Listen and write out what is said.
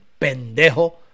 Pendejo